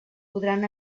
podran